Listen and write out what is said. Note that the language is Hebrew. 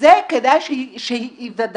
וזה כדאי שייוודע.